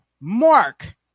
Mark